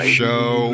show